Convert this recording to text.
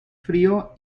frío